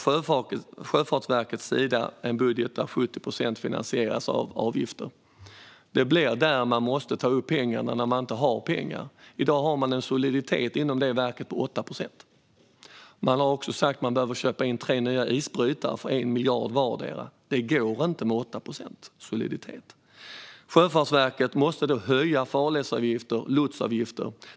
Sjöfartsverket har en budget där 70 procent finansieras av avgifter. Det blir där man måste ta pengarna när man inte har pengar. I dag har verket en soliditet på 8 procent. Man har också sagt att man behöver köpa in tre nya isbrytare för 1 miljard vardera. Det går inte med 8 procents soliditet. Sjöfartsverket måste då höja farledsavgifter och lotsavgifter.